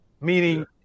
meaning